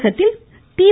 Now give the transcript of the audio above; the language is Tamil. தமிழகத்தில் தி